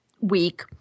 week